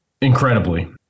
Incredibly